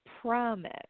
promise